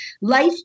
Life